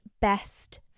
best